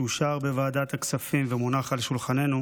שאושר בוועדת הכספים ומונח על שולחננו,